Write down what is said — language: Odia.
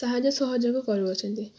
ସାହାଯ୍ୟ ସହଯୋଗ କରୁଅଛନ୍ତି